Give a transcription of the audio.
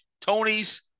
Tony's